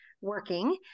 working